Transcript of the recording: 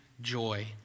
joy